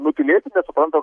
nutylėti bet supranta